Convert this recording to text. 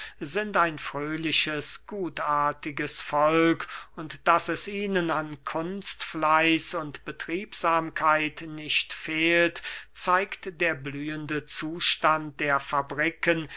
sind ein fröhliches gutartiges volk und daß es ihnen an kunstfleiß und betriebsamkeit nicht fehlt zeigt der blühende zustand der fabriken